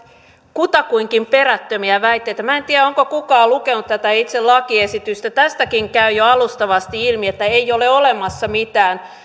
kutakuinkin perättömiä väitteitä minä en tiedä onko kukaan lukenut tätä itse lakiesitystä tästäkin käy jo alustavasti ilmi että ei ole olemassa mitään